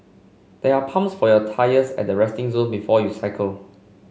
there are pumps for your tyres at the resting zone before you cycle